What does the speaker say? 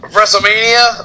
WrestleMania